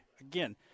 Again